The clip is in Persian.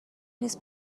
نیست